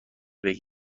بگیرد